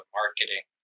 marketing